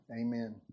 Amen